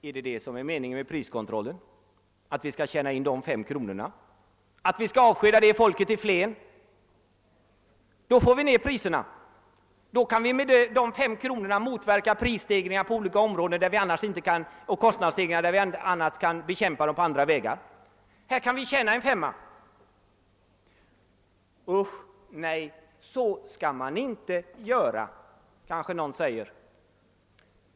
Är detta meningen med priskontrollen, att vi alltså för att tjäna dessa 5 kronor skall avskeda folket i Flen? Då får vi ned priserna. Då kan vi med dessa 5 kronor motverka prisstegringar och kostnadsstegringar på olika områden där vi annars inte kan be kämpa dem. »Usch nej, så skall man inte göra«, kanske någon «säger.